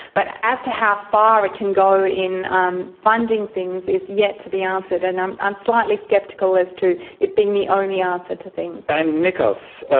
but as to how far it can go in um funding things is yet to be answered. and i'm i'm slightly sceptical as to it being the only answer to things. and nikos,